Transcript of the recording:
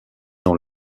dans